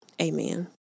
amen